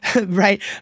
right